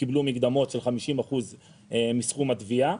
קיבלו מקדמות של 50% מסכום התביעה,